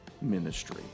ministry